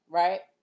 right